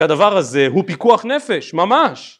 ‫הדבר הזה הוא פיקוח נפש, ממש.